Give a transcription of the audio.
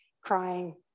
crying